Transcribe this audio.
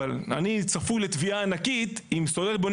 אבל אני צפוי לתביעה ענקית אם סולל בונה